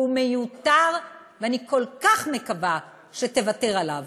הוא מיותר, ואני כל כך מקווה שתוותר עליו.